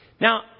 Now